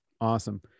Awesome